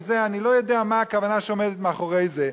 אני לא יודע מה הכוונה שעומדת מאחורי זה.